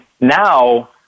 now